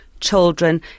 children